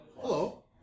hello